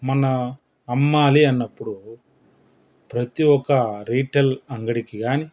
మన అమ్మాలి అన్నప్పుడు ప్రతి ఒక్క రిటైల్ అంగడికి గాని